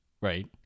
Right